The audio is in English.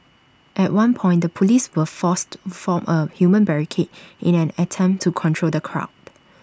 at one point the Police were forced to form A human barricade in an attempt to control the crowd